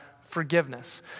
forgiveness